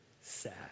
sad